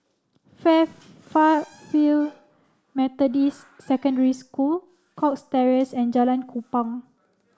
fair far field Methodist Secondary School Cox Terrace and Jalan Kupang